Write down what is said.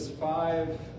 five